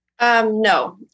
No